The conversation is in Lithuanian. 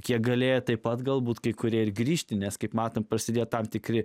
kiek galėjo taip pat galbūt kai kurie ir grįžti nes kaip matome prasidėjo tam tikri